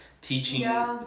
teaching